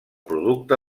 producte